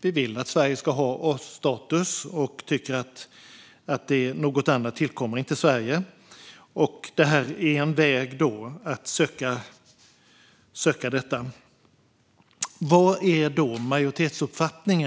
Vi vill att Sverige ska ha A-status och tycker att något annat inte tillkommer Sverige. Det här är en väg för att söka detta. Vilken är den majoritetsuppfattning